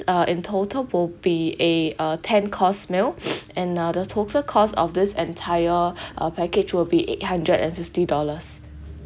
uh in total will be a uh ten course meal and uh the total cost of this entire uh package will be eight hundred and fifty dollars